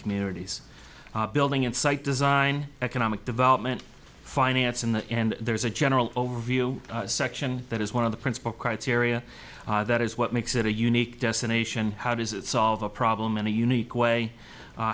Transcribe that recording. communities building in site design economic development finance in the end there is a general overview section that is one of the principal criteria that is what makes it a unique destination how does it solve a problem in a unique way